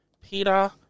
Peter